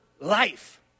life